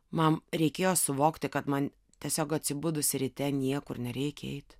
man reikėjo suvokti kad man tiesiog atsibudus ryte niekur nereikia eit